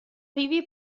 bibi